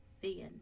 Thin